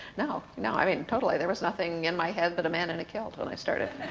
no, no. i mean totally, there was nothing in my head but a man in a kilt when i started.